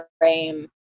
frame